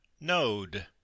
node